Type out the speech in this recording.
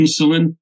insulin